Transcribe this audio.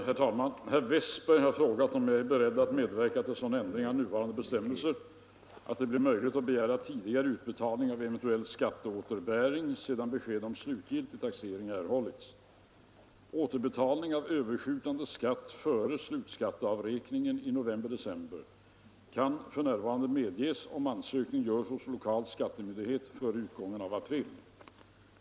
Herr talman! Herr Westberg i Ljusdal har frågat mig om jag är beredd att medverka till sådan ändring av nuvarande bestämmelser att det blir möjligt att begära tidigare utbetalning av eventuell skatteåterbäring sedan besked om slutgiltig taxering erhållits. Återbetalning av överskjutande skatt före slutskatteavräkningen i november/december kan f. n. medges om ansökning görs hos lokal skattemyndighet före utgången av april.